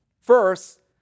First